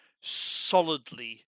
solidly